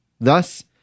Thus